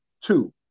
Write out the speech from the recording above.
Two